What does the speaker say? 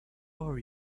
are